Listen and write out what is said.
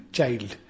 child